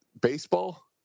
baseball